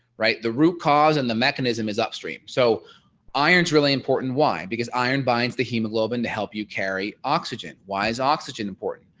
right. the root cause and the mechanism is upstream. so iron is really important why. because iron binds the hemoglobin to help you carry oxygen. why is oxygen important.